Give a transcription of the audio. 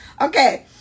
Okay